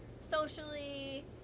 Socially